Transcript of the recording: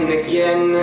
again